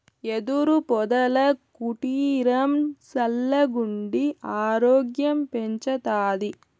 యెదురు పొదల కుటీరం సల్లగుండి ఆరోగ్యం పెంచతాది